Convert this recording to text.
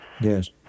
Yes